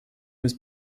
was